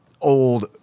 old